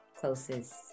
closest